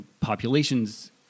populations